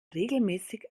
regelmäßig